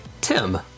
Tim